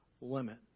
limit